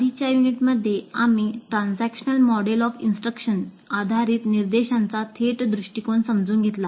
आधीच्या युनिटमध्ये आम्ही ट्रान्झॅक्शनल मॉडेल ऑफ इंस्ट्रक्शन समजेल